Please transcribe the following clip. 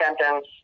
sentence